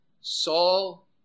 Saul